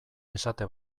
esate